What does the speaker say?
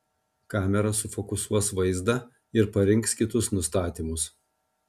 kamera sufokusuos vaizdą ir parinks kitus nustatymus